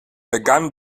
begannen